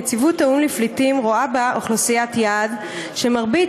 נציבות האו"ם לפליטים רואה בה אוכלוסיית יעד שמרבית